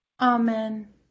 Amen